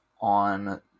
on